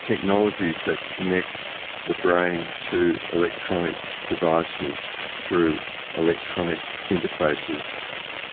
technologies that connect the brain to electronic devices through electronic interfaces